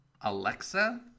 Alexa